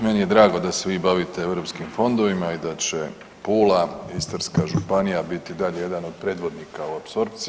Meni je drago da se Vi bavite Europskim fondovima i da će Pula, Istarska županija biti i dalje jedan od predvodnika u apsorpciji.